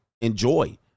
enjoy